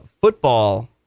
Football